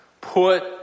Put